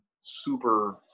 super